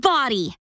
Body